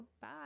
Bye